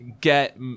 get